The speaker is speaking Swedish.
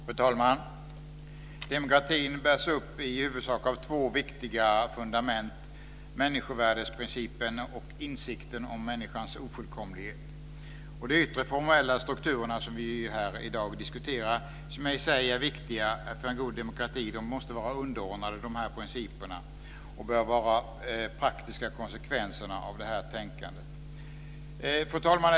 Fru talman! Demokratin bärs upp i huvudsak av två viktiga fundament - människovärdesprincipen och insikten om människans ofullkomlighet. De yttre formella strukturerna som vi i dag diskuterar och som i sig är viktiga för en god demokrati måste vara underordnade dessa principer och bör vara praktiska konsekvenser av detta tänkande. Fru talman!